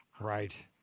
Right